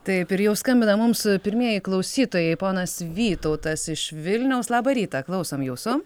taip ir jau skambina mums pirmieji klausytojai ponas vytautas iš vilniaus labą rytą klausom jūsų